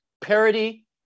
parody